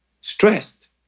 stressed